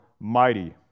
mighty